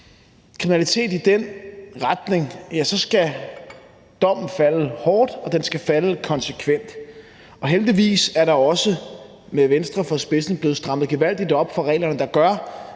kriminalitet i den retning, og den skal falde konsekvent. Heldigvis er der også med Venstre i spidsen blevet strammet gevaldigt op på reglerne, hvilket gør,